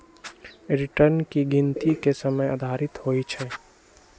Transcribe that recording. return की गिनति के समय आधारित होइ छइ